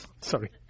Sorry